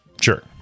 Sure